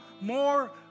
more